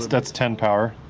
that's ten power.